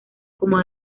como